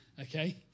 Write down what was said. okay